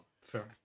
Fair